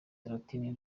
rw’ikilatini